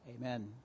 Amen